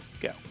go